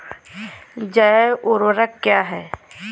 जैव ऊर्वक क्या है?